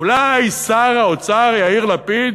אולי שר האוצר יאיר לפיד